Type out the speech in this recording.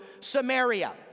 Samaria